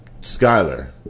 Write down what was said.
Skyler